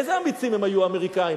איזה אמיצים הם היו, האמריקנים?